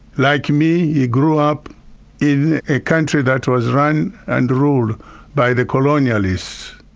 like me, he grew up in a country that was run and ruled by the colonialists.